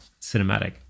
cinematic